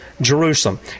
Jerusalem